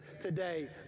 today